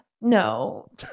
no